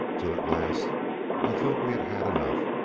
till at last i thought we had had enough,